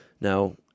Now